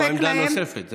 זו עמדה נוספת,